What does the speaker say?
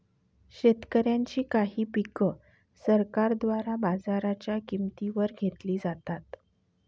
शेतकऱ्यांची काही पिक सरकारद्वारे बाजाराच्या किंमती वर घेतली जातात